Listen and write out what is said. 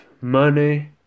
money